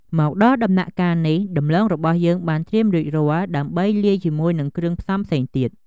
មកដល់ដំណាក់កាលនេះ ដំឡូងរបស់យើងបានត្រៀមរួចរាល់ ដើម្បីលាយជាមួយនឹងគ្រឿងផ្សំផ្សេងទៀតហើយ។